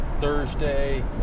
Thursday